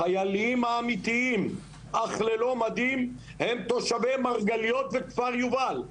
החיילים האמיתיים אך ללא מדים הם תושבי מרגליות וכפר יובל.